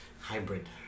hybrid